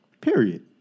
Period